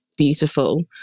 Beautiful